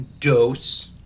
dose